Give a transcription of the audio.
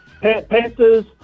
Panthers